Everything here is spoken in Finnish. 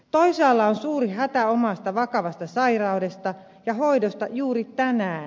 toisaalla on suuri hätä omasta vakavasta sairaudesta ja hoidosta juuri tänään